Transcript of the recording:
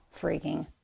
freaking